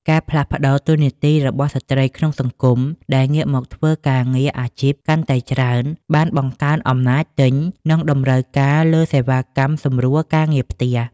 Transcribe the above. ការផ្លាស់ប្តូរតួនាទីរបស់ស្ត្រីក្នុងសង្គម ដែលងាកមកធ្វើការងារអាជីពកាន់តែច្រើន បានបង្កើនអំណាចទិញ និងតម្រូវការលើសេវាកម្មសម្រួលការងារផ្ទះ។